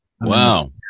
Wow